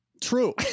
True